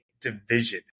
division